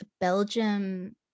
Belgium